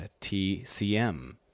tcm